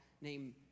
named